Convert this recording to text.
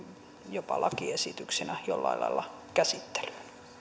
jopa lakiesityksinä jollain lailla käsittelyyn